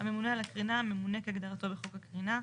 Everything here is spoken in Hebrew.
"הממונה על הקרינה" ממונה, כהגדרתו בחוק הקרינה.